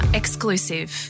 exclusive